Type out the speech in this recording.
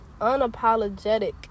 unapologetic